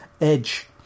Edge